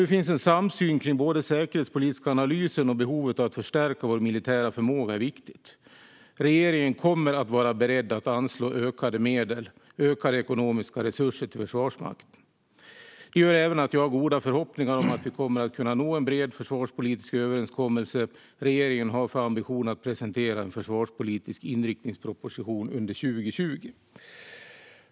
Nu finns en samsyn om både den säkerhetspolitiska analysen och att behovet av att förstärka vår militära förmåga är viktigt. Regeringen kommer att vara beredd att anslå ökade medel och ökade ekonomiska resurser till Försvarsmakten. Detta gör att jag även har goda förhoppningar om att vi kommer att nå en bred försvarspolitisk överenskommelse. Regeringen har ambitionen att presentera en försvarspolitisk inriktningsproposition under 2020.